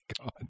god